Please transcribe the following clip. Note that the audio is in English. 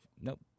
Nope